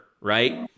right